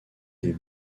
des